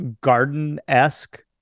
garden-esque